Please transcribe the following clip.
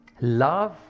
love